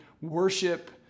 worship